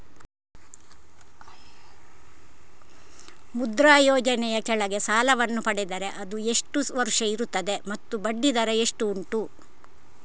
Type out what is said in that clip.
ಮುದ್ರಾ ಯೋಜನೆ ಯ ಕೆಳಗೆ ಸಾಲ ವನ್ನು ಪಡೆದರೆ ಅದು ಎಷ್ಟು ವರುಷ ಇರುತ್ತದೆ ಮತ್ತು ಬಡ್ಡಿ ದರ ಎಷ್ಟು ಉಂಟು?